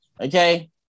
Okay